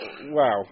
wow